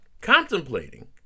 contemplating